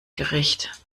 gericht